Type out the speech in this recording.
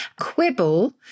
Quibble